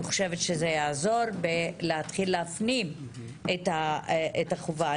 זה יעזור להתחיל להפנים את החובה.